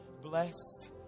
Blessed